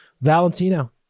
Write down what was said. Valentino